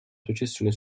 processione